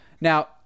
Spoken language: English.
Now